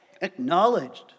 acknowledged